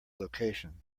location